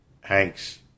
Hank's